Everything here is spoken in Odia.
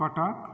କଟକ